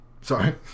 Sorry